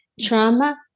trauma